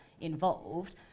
involved